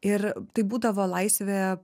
ir tai būdavo laisvė